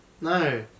No